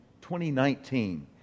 2019